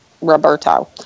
Roberto